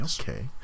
okay